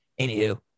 Anywho